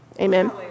Amen